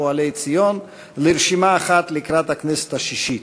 פועלי ציון לרשימה אחת לקראת הבחירות לכנסת השישית,